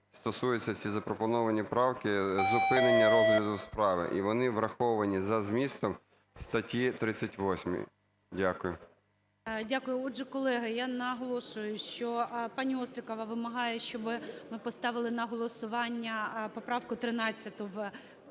стосуються, ці запропоновані правки, зупинення розгляду справи. І вони враховані за змістом в статті 38. Дякую. ГОЛОВУЮЧИЙ. Дякую. Отже, колеги, я наголошую, що пані Острікова вимагає, щоби ми поставили на голосування поправку 13 в